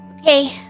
Okay